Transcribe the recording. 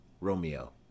Romeo